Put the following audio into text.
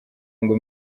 ngo